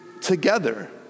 together